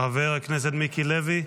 חבר הכנסת מיקי לוי,